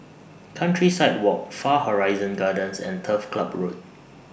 Countryside Walk Far Horizon Gardens and Turf Club Road